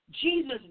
Jesus